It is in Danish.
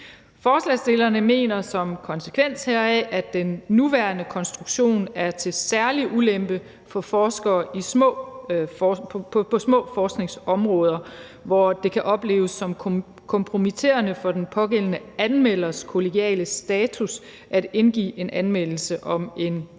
Forslagsstillerne mener som konsekvens heraf, at den nuværende konstruktion er til særlig ulempe for forskere på små forskningsområder, hvor det kan opleves som kompromitterende for den pågældende anmelders kollegiale status at indgive en anmeldelse om en kollegas